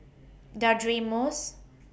Deirdre Moss